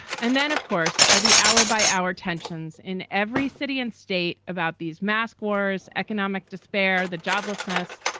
and then, of course, are the hour by hour tensions in every city and state about these masc wars, economic despair, the joblessness,